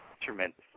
Tremendous